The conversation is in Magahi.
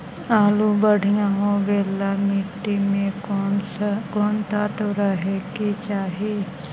आलु बढ़िया होबे ल मट्टी में कोन तत्त्व रहे के चाही?